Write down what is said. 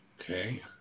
Okay